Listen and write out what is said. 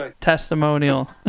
Testimonial